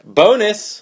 bonus